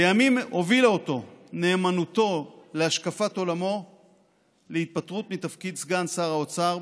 לימים הובילה אותו נאמנותו להשקפת עולמו להתפטרות מתפקיד סגן שר האוצר,